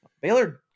Baylor